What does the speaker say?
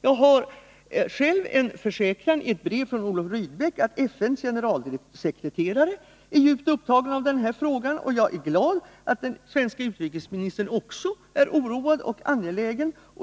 Jag har själv fått en försäkran i ett brev från Olof Rydbeck att FN:s generalsekreterare är djupt upptagen av denna fråga, och jag är glad över att den svenske utrikesministern också är oroad och angelägen att lösa frågan.